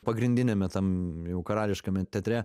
pagrindiniame tam jau karališkame teatre